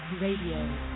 Radio